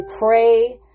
pray